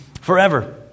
forever